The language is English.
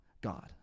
God